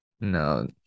No